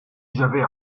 j’avais